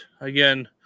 Again